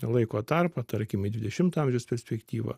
laiko tarpą tarkim į dvidešimto amžiaus perspektyvą